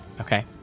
Okay